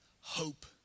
Hope